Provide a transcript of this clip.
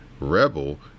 Rebel